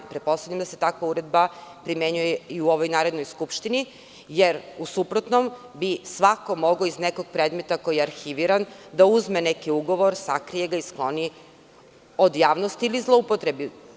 Pretpostavljam da se takva uredba primenjuje i u ovoj Narodnoj skupštini, jer bi u suprotnom svako mogao iz nekog predmeta koji je arhiviran da uzme neki ugovor, sakrije ga i skloni od javnosti ili zloupotrebi.